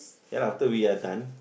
ya lah after we are done